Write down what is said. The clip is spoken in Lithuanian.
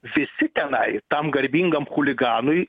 visi tenai tam garbingam chuliganui